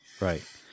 Right